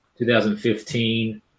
2015